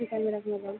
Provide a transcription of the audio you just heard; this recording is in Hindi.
किचन में रखना